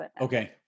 okay